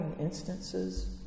instances